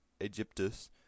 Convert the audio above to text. Egyptus